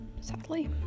Sadly